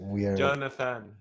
Jonathan